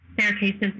staircases